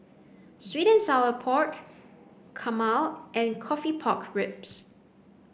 sweet and sour pork Kurma and coffee pork ribs